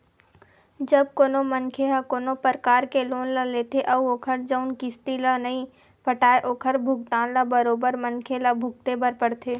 जब कोनो मनखे ह कोनो परकार के लोन ले लेथे अउ ओखर जउन किस्ती ल नइ पटाय ओखर भुगतना ल बरोबर मनखे ल भुगते बर परथे